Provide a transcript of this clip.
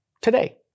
today